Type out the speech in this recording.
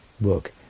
book